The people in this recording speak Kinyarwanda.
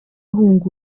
ahunga